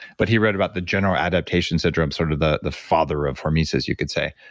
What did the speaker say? but he wrote about the general adaptation syndrome, sort of the the father of hormesis, you could say.